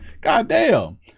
Goddamn